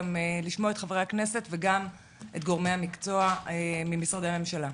לשמוע את חברי הכנסת וגם את גורמי המקצוע ממשרדי הממשלה.